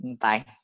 Bye